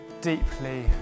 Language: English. deeply